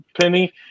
Penny